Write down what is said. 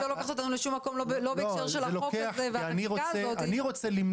היא לא לוקחת אותנו לשום מקום בהקשר של הצעת החוק שלפנינו ואנחנו גוזלים